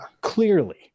Clearly